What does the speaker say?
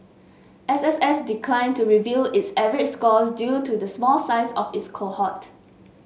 S S S declined to reveal its average scores due to the small size of its cohort